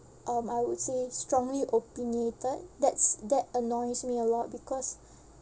um I would say strongly opinionated that's that annoys me a lot because